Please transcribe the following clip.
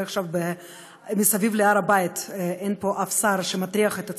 עכשיו מסביב להר הבית אין פה אף שר שמטריח את עצמו.